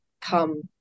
come